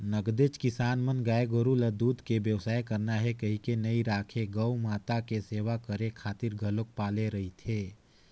नगदेच किसान मन गाय गोरु ल दूद के बेवसाय करना हे कहिके नइ राखे गउ माता के सेवा करे खातिर घलोक पाले रहिथे